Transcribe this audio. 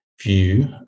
view